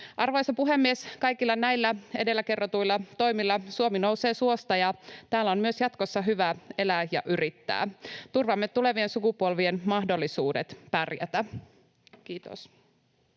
Arvoisa puhemies! Kaikilla näillä edellä kerrotuilla toimilla Suomi nousee suosta ja täällä on myös jatkossa hyvä elää ja yrittää. Turvaamme tulevien sukupolvien mahdollisuudet pärjätä. — Kiitos.